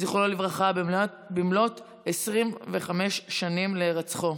זיכרונו לברכה, במלאת 25 שנים להירצחו.